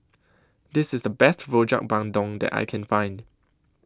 This IS The Best Rojak Bandung that I Can Find